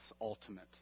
ultimate